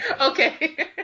Okay